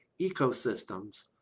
ecosystems